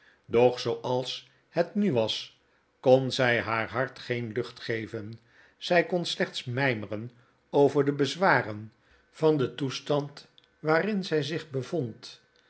zooals het nu was kon zij haar hart geen lucht geven zij kon slechts mijmeren over de bezwaren van den toestand waarin zij zich bevond